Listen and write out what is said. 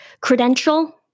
credential